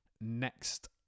next